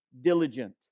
diligent